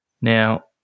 Now